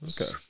okay